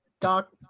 Doc